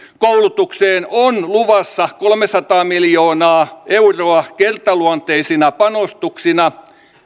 koulutukseen on luvassa kolmesataa miljoonaa euroa kertaluonteisina panostuksina